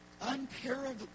unparalleled